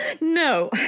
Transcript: No